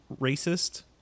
racist